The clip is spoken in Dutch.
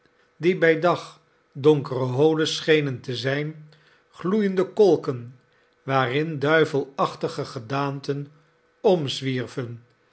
die bi dag donkere holen schenen te zijn gloeienden kolken waarin duivelachtige gedaanten omzwierven